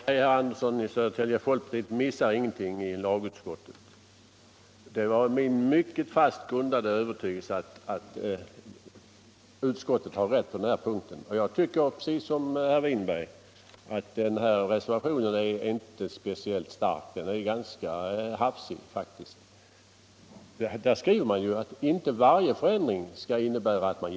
Herr talman! Nej, herr Andersson i Södertälje, folkpartiet missar ingenting i lagutskottet. Det är min mycket fast grundade övertygelse att utskottet har rätt på den här punkten, och jag tycker precis som herr Winberg att reservationen inte är speciellt stark — den är faktiskt ganska hafsig. I reservationen skriver man ju att inte varje förändring skall innebära jämkning.